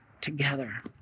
together